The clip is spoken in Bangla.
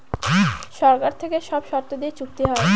সরকার থেকে সব শর্ত দিয়ে চুক্তি হয়